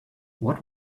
what